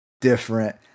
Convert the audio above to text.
different